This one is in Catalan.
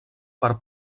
per